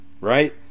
right